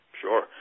sure